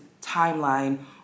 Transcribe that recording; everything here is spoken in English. timeline